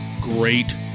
great